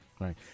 Right